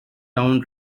down